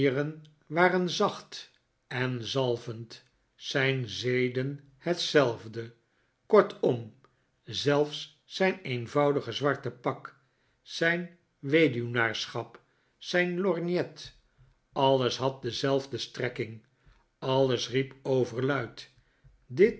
waren zacht en zalvend zijn zeden hetzelfde kortom zelfs zijn eenvoudige zwarte pak zijn weduwnaarschap zijn lorgnet alles had dezelfde strekking alles riep overluid dit